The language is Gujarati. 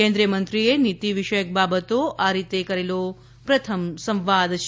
કેન્દ્રિય મંત્રીએ નીતિ વિષયક બાબતો આ રીતે કરેલો પ્રથમ સંવાદ છે